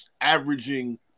averaging